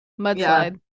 mudslide